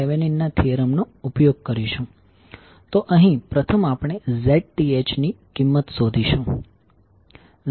તો અહીં પ્રથમ આપણે ZTh ની કિંમત શોધીશું